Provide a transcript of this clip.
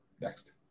next